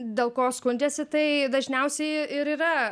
dėl ko skundžiasi tai dažniausiai ir yra